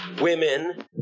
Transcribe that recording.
women